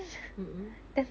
mm mm